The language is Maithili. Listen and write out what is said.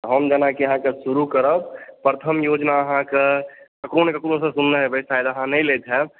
हम जेनाकि अहाँके शुरू करब प्रथम योजना अहाँकेॅं केकरो ने केकरोसॅं सुनने हेबै शायद अहाँ नहि लैत हैब